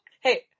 Hey